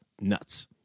nuts